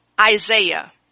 Isaiah